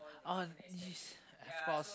on this of course